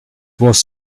was